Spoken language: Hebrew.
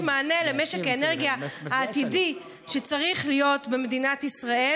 מענה למשק האנרגיה העתידי שצריך להיות במדינת ישראל,